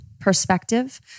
perspective